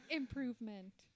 improvement